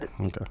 Okay